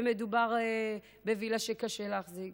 ומדובר בווילה שקשה להחזיק.